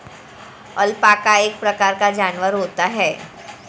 alpaca एक प्रकार का जानवर होता है